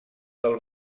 del